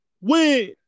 Win